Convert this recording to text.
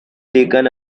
taken